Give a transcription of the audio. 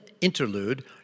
interlude